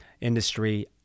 industry